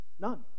None